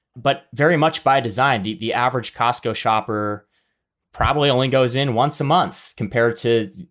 but very much by design. the the average costco shopper probably only goes in once a month compared to,